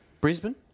Brisbane